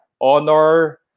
honor